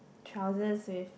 trousers with